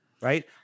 right